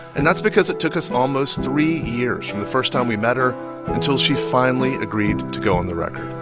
and that's because it took us almost three years from the first time we met her until she finally agreed to go on the record